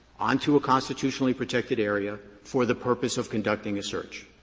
onto a constitutionally protected area, for the purpose of conducting a search.